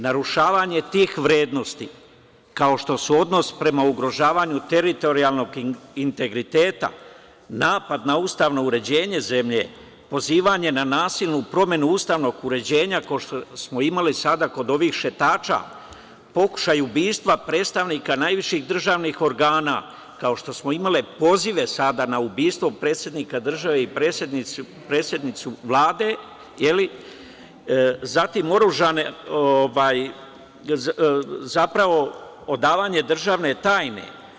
Narušavanje tih vrednosti, kao što su odnos prema ugrožavanju teritorijalnog integriteta, napad na ustavno uređenje zemlje, pozivanje na nasilnu promenu ustavnog uređenja, kao što smo imali sada kod ovih šetača, pokušaj ubistva predstavnika najviših državnih organa, kao što smo imali pozive sada na ubistvo predsednika države i predsednicu Vlade, je li, odavanje državne tajne.